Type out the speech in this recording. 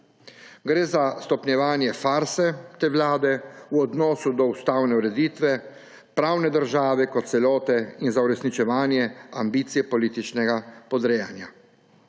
Gre za stopnjevanje farse te vlade v odnosu do ustavne ureditve, pravne države kot celote in za uresničevanje ambicije političnega podrejanja.